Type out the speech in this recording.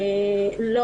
מאוד.